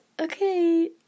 okay